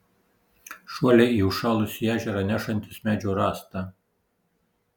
šuoliai į užšalusį ežerą nešantis medžio rąstą